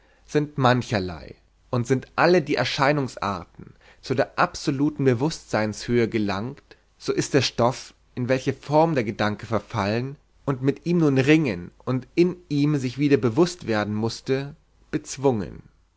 sind mancherlei und sind alle die erscheinungsarten zu der absoluten bewußtseinshöhe gelangt so ist der stoff in welche form der gedanke verfallen und mit ihm nun ringen und in ihm sich wieder bewußt werden mußte bezwungen